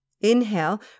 Inhale